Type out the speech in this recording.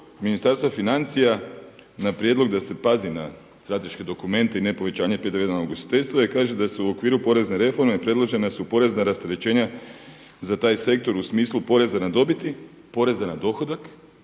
Ministarstva financija na prijedlog da se pazi na strateške dokumente i ne povećanje PDV-a na ugostiteljstvo jel kažu da su okviru porezne reforme predložene su porezna rasterećenja za taj sektor u smislu poreza na dobiti, poreza na dohodak